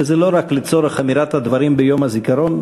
וזה לא רק לצורך אמירת הדברים ביום הזיכרון,